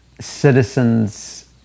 citizens